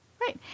Right